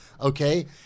Okay